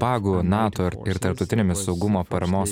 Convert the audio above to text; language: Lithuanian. pagu nato ir tarptautinėmis saugumo paramos